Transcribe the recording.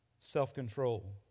self-control